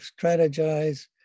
strategize